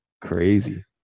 Crazy